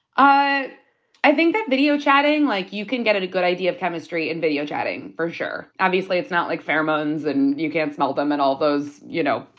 i i think that video chatting like, you can get a good idea of chemistry in video chatting for sure. obviously it's not, like, pheromones. and you can't smell them and all those, you know,